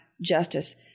justice